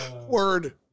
Word